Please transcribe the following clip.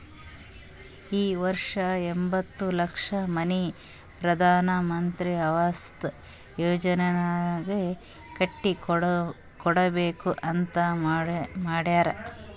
ಈ ವರ್ಷ ಎಂಬತ್ತ್ ಲಕ್ಷ ಮನಿ ಪ್ರಧಾನ್ ಮಂತ್ರಿ ಅವಾಸ್ ಯೋಜನಾನಾಗ್ ಕಟ್ಟಿ ಕೊಡ್ಬೇಕ ಅಂತ್ ಮಾಡ್ಯಾರ್